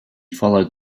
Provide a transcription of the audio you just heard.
followed